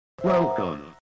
Welcome